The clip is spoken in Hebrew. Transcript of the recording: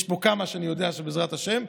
יש פה כמה שאני יודע שבעזרת השם,